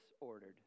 ordered